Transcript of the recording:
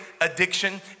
addiction